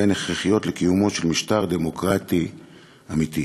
והן הכרחיות לקיומו של משטר דמוקרטי אמיתי.